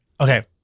Okay